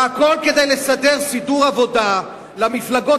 והכול כדי לארגן סידור עבודה למפלגות